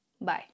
Bye